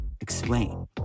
explain